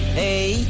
hey